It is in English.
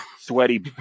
sweaty